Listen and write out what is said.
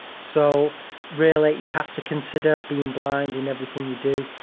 so really you have to consider being blind in everything you do.